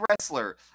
wrestler